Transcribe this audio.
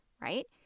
right